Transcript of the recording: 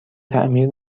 تعمیر